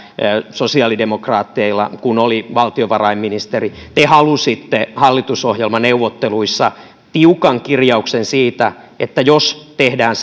sosiaalidemokraateilla kun oli valtiovarainministeri te halusitte hallitusohjelmaneuvotteluissa tiukan kirjauksen siitä että jos tehdään